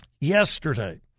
Yesterday